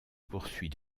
poursuit